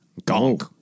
gonk